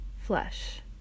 flesh